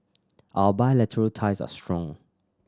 our bilateral ties are strong